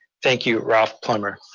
thank you, ralph plumber.